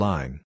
Line